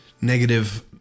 negative